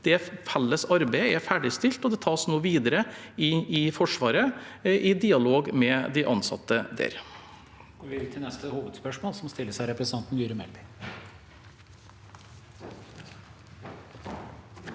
et felles arbeid som nå er ferdigstilt, og det tas nå videre i Forsvaret i dialog med de ansatte der.